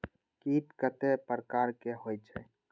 कीट कतेक प्रकार के होई छै?